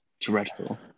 dreadful